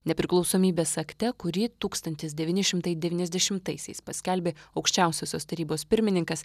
nepriklausomybės akte kurį tūkstantis devyni šimtai devyniasdešimtaisiais paskelbė aukščiausiosios tarybos pirmininkas